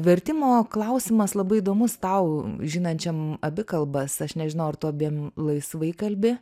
vertimo klausimas labai įdomus tau žinančiam abi kalbas aš nežinau ar tu abiem laisvai kalbi